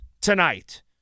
tonight